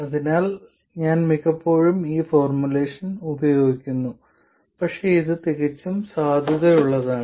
അതിനാൽ ഞാൻ മിക്കപ്പോഴും ഈ ഫോർമുലേഷൻ ഉപയോഗിക്കുന്നു പക്ഷേ ഇത് തികച്ചും സാധുതയുള്ളതാണ്